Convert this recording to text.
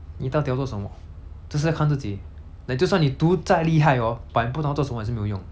你到底要做什么就是要看自己 like 就算你读再厉害 hor but 你不懂要做什么也是没有用